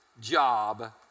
job